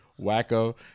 wacko